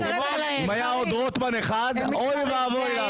אם היה עוד רוטמן אחד, אוי ואבוי לנו.